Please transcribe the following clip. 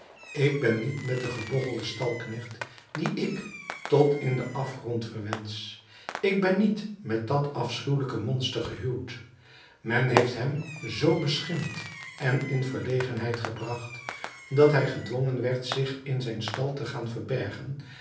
ik ben niet met den gebogchelden stalknecht dien ik tot in den afgrond verwensch ik ben niet met dat afschuwelijke monster gehuwd men heeft hem zoo beschimpt en in verlegenheid gebragt dat hij gedwongen werd zich in zijn stal te gaan verbergen